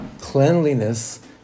cleanliness